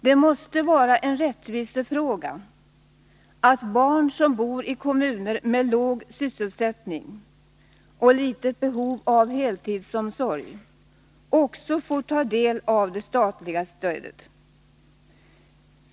Det måste vara en rättvisefråga att barn som bor i kommuner med låg sysselsättning och litet behov av heltidsomsorg också får ta del av det statliga stödet.